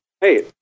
hey